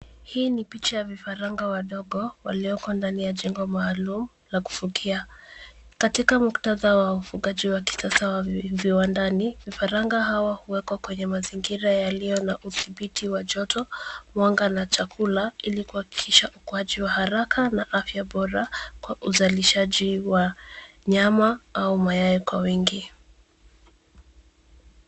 Hii ni picha ya vifaranga wadogo walioko ndani ya jengo maalum la kufugia. Katika muktadha wa ufugaji wa kisasa wa viwandani. Vifaranga hawa huwekwa kwenye mazingira yaliyo na udhibiti wa joto, mwanga na chakula ili kuhakikisha ukuaji wa haraka na afya bora kwa uzalishaji wa nyama au mayai kwa wingi.